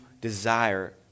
desire